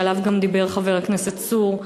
שעליו דיבר גם חבר הכנסת צור,